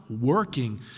working